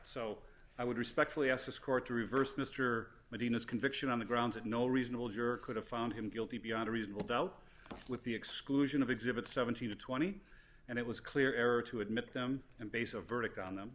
so i would respectfully ask this court to reverse mr medina's conviction on the grounds that no reasonable juror could have found him guilty beyond a reasonable doubt with the exclusion of exhibits seventeen to twenty and it was clear error to admit them and base a verdict on them